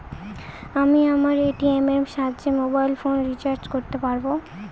আমি আমার এ.টি.এম এর সাহায্যে মোবাইল ফোন রিচার্জ করতে পারব?